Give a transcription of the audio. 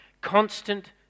constant